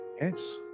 Yes